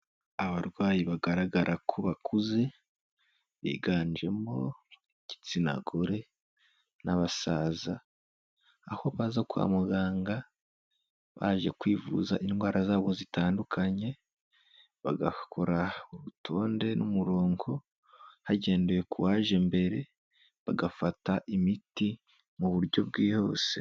Abarwayi bagaragara ko bakuze biganjemo igitsina gore n'abasaza, aho baza kwa muganga baje kwivuza indwara zabo zitandukanye, bagakora urutonde n'umurongo hagendewe ku waje mbere, bagafata imiti mu buryo bwihuse.